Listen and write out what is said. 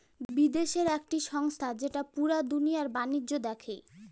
বিদেশের একটি সংস্থা যেটা পুরা দুনিয়ার বাণিজ্য দেখে